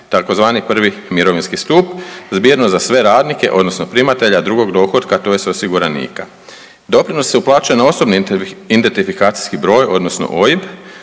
tzv. prvi mirovinski stup zbirno za sve radnike odnosno primatelja drugog dohotka tj. osiguranika. Doprinosi se uplaćuju na osobni identifikacijski broj odnosno OIB